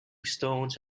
stones